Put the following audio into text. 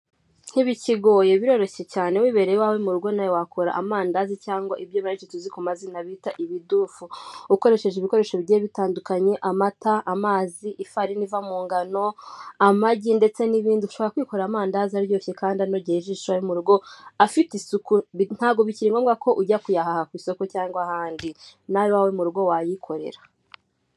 Ntibikigoye, biroroshye cyane, wibereye iwawe mu rugo nawe wakora amandazi cyangwa ibyo benshi tuzi ku mazina bita ibidufu, ukoresheje ibikoresho bigiye bitandukanye, amata, amazi, ifarini iva mu ngano, amagi ndetse n'ibindi, ushobora kwikorera amandazi aryoshye kandi anogeye ijisho, iwawe mu rugo, afite isuku, ntabwo bikiri ngombwa ko ujya kuyahaha ku isoko cyangwa ahandi, nawe iwawe mu rugo wayikorera.